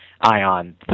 Ion